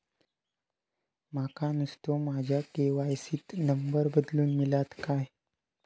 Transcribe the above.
माका नुस्तो माझ्या के.वाय.सी त नंबर बदलून मिलात काय?